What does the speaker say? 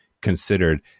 considered